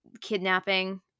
kidnapping